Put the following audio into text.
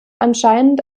anscheinend